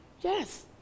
Yes